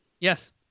Yes